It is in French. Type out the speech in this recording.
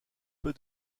peu